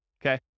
okay